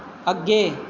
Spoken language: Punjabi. ਅੱਗੇ